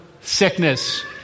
sickness